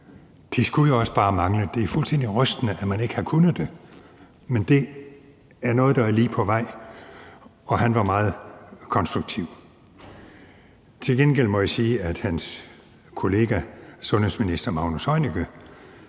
Det skulle jo også bare mangle. Det er fuldstændig rystende, at man ikke har kunnet det, men det er noget, der er lige på vej, og han har været meget konstruktiv. Til gengæld må jeg sige, at hans kollega, sundhedsminister Magnus Heunicke,